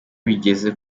bigeze